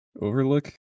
Overlook